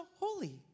holy